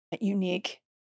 unique